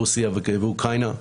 רוסיה ואוקראינה.